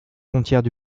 frontières